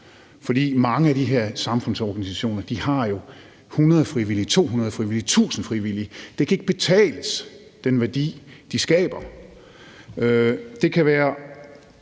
For mange af de her samfundsorganisationer har jo 100 frivillige, 200 frivillige, 1.000 frivillige. Den værdi, de skaber, kan ikke betales. Det kan være